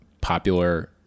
popular